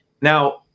Now